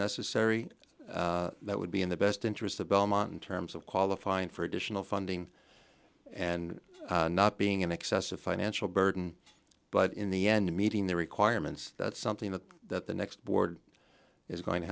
necessary that would be in the best interest of belmont in terms of qualifying for additional funding and not being in excess of financial burden but in the end meeting the requirements that's something that the next board is going to